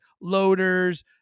loaders